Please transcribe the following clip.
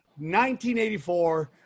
1984